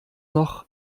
noch